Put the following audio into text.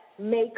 make